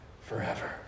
forever